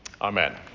amen